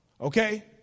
Okay